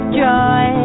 joy